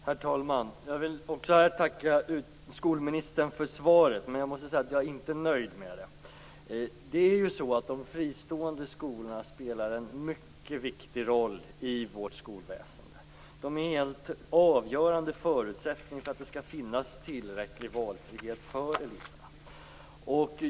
Herr talman! Jag vill tacka skolministern också för detta svar. Men jag måste säga att jag inte är nöjd med det. De fristående skolorna spelar en mycket viktig roll i vårt skolväsende. De är en avgörande förutsättning för att det skall finnas tillräcklig valfrihet för eleverna.